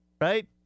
right